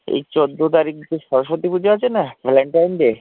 এই চৌদ্দ তারিখ যে সরস্বতী পুজো আছে না ভ্যালেন্টাইন ডে